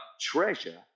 treasure